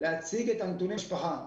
להציג את הנתונים למשפחה.